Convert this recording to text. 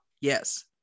Yes